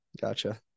gotcha